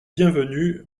bienvenu